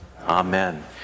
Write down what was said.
Amen